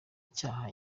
icyaha